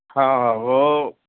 ہاں ہاں وہ